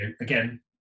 Again